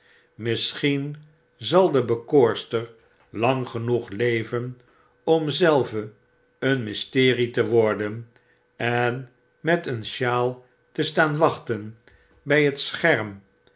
misschien zal de bekoorster lang genoeg leven om zelve een mysterie te worden en met een sjaal te staan wachten bg het scherm